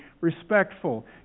respectful